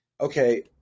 okay